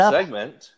segment